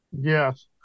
yes